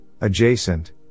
adjacent